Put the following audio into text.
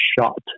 shot